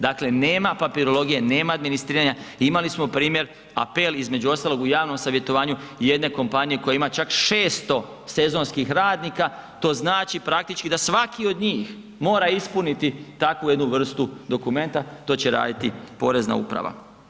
Dakle, nema papirologije, nema administriranja, imali smo primjer apel, između ostalog u javnom savjetovanju i jedne kompanije koja ima čak 600 sezonskih radnika, to znači praktički da svaki od njih mora ispuniti takvu jednu vrstu dokumenta, to će raditi Porezna uprava.